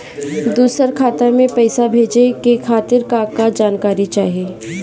दूसर खाता में पईसा भेजे के खातिर का का जानकारी चाहि?